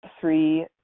three